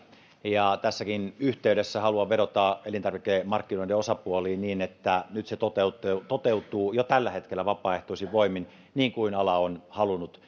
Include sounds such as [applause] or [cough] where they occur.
ja tässäkin yhteydessä haluan vedota elintarvikemarkkinoiden osapuoliin niin että nyt se toteutuu jo tällä hetkellä vapaaehtoisin voimin niin kuin ala on halunnut [unintelligible]